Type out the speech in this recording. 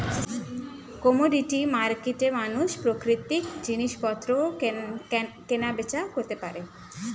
commodity মার্কেটে মানুষ প্রাকৃতিক জিনিসপত্র কেনা বেচা করতে পারে